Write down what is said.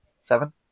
Seven